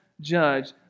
judge